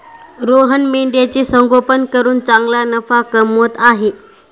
रोहन मेंढ्यांचे संगोपन करून चांगला नफा कमवत आहे